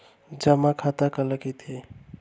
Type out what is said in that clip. जेमा खाता काला कहिथे?